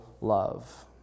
love